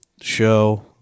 show